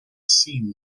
scene